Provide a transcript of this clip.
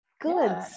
Good